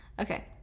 Okay